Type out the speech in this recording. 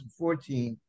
2014